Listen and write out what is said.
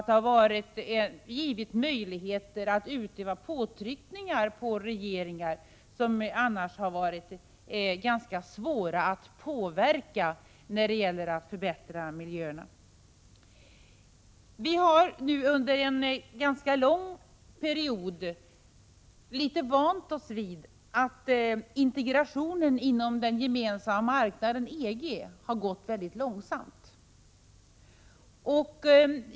Det har givit oss möjligheter att utöva påtryckningar på regeringar, som annars har varit ganska svåra att påverka när det gäller att förbättra miljön. Under en ganska lång period har vi vant oss vid att integrationen inom den gemensamma marknaden EG har gått väldigt långsamt.